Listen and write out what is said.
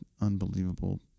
unbelievable